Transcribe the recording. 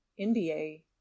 NBA